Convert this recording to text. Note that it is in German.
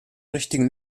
richtigen